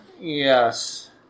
Yes